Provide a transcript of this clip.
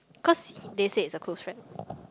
cause he they say is a close friend